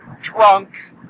drunk